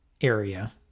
area